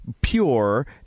pure